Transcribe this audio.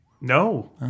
No